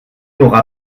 aura